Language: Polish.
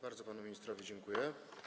Bardzo panu ministrowi dziękuję.